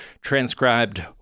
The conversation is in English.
transcribed